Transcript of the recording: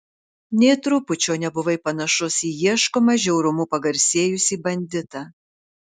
nė trupučio nebuvai panašus į ieškomą žiaurumu pagarsėjusį banditą